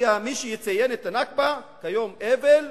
שלפיה מי שיציין את ה"נכבה" כיום אבל,